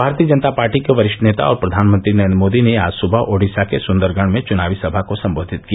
भारतीय जनता पार्टी के वरिष्ठ नेता और प्रधानमंत्री नरेंद्र मोदी ने आज सुबह ओडिसा के सुंदरगढ़ में चुनावी सभा को सम्बोधित किया